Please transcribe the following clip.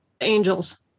Angels